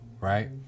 right